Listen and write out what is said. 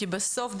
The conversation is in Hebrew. כי בסוף,